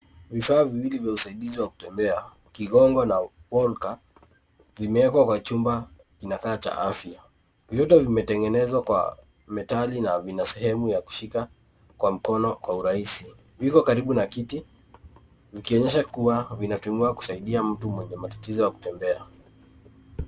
Vifaa viwili vya usaidizi wa kutembea, kigongo na polka zimewekwa kwa chumba kina kaa cha afya, vyote vimetengenezwa kwa metali na vina sehemu ya kushika kwa mkono kwa urahisi, viko karibu na kiti vikionyesha kuwa vinatumiwa kusaidia mtu mwenye matatitizo ya kutembea.